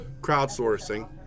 crowdsourcing